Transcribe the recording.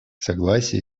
согласия